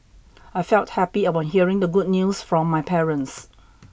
I felt happy upon hearing the good news from my parents